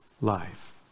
life